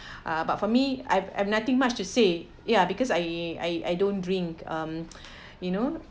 uh but for me I've I've nothing much to say ya because I I I don't drink um you know